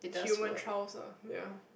human trials ah ya